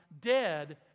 dead